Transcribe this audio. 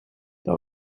dat